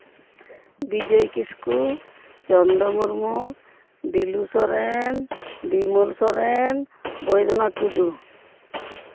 Bijoy Kisku Chando Murmu Dilu Soren Bimal Soren Baidyanath Tudu